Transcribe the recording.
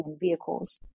vehicles